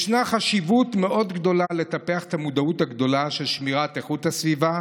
יש חשיבות גדולה מאוד לטפח את המודעות הגדולה של שמירת איכות הסביבה.